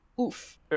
Oof